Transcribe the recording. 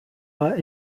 are